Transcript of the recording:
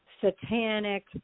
satanic